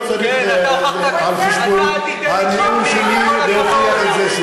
לא צריך על חשבון הנאום שלי להוכיח את זה שוב.